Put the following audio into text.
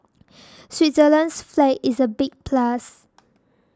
Switzerland's flag is a big plus